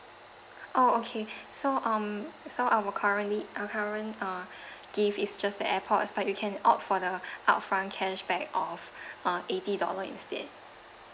oh okay so um so our currently our current uh gift is just the airpods but you can opt for the upfront cashback of uh eighty dollar instead